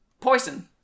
Poison